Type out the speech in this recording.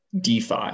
DeFi